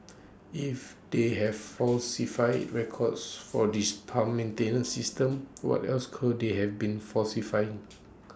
if they have falsified records for this pump maintenance system what else could they have been falsifying